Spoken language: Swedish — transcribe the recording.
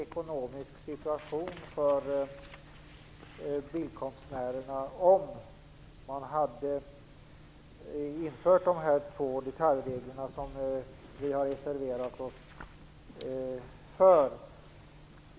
ekonomisk situation för bildkonstnärerna.